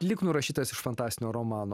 lyg nurašytas iš fantastinio romano